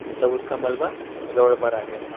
مطلب اس کا ملبہ روڈ پر آ گیا تھا